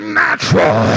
natural